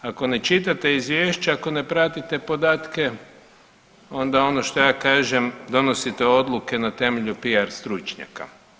Ako ne čitate izvješća, ako ne pratite podatke onda ono što ja kažem donosite odluke na temelju PR stručnjaka.